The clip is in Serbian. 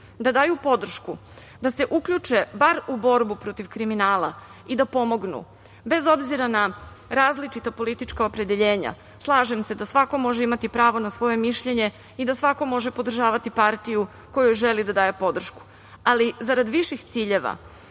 da daju podršku da se uključe bar u borbu protiv kriminala i da pomognu, bez obzira na različita politička opredeljenja. Slažem se da svako može imati pravo na svoje mišljenje i da svako može podržavati partiju kojoj želi da daje podršku, ali zarad viših ciljeva,